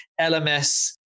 LMS